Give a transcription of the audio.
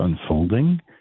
unfolding